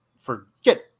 Forget